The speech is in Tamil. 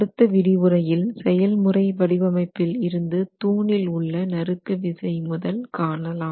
அடுத்த விரிவுரையில் செயல் முறை வடிவமைப்பில் இருந்து தூணில் உள்ள நறுக்கு விசை முதல் காணலாம்